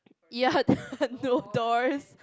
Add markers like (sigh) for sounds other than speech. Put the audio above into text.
ya (laughs) no doors